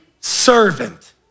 servant